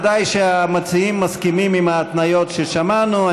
ודאי, שהמציעים מסכימים עם ההתניות ששמענו.